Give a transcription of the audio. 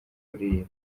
kuririmba